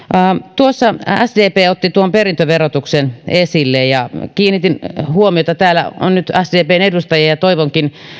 tuossa sdp otti perintöverotuksen esille ja kiinnitin siihen huomiota täällä on nyt sdpn edustajia ja toivonkin